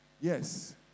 Yes